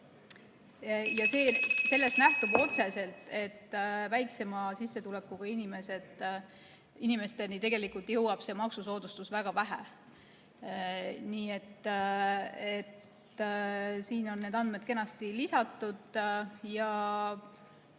Sellest nähtub otseselt, et väiksema sissetulekuga inimesteni jõuab see maksusoodustus väga vähe. Siia on need andmed kenasti lisatud ja